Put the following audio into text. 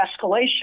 escalation